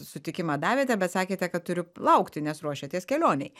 sutikimą davėte bet sakėte kad turiu laukti nes ruošiatės kelionei